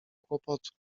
kłopotu